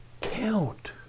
count